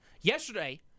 Yesterday